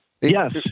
Yes